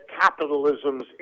capitalism's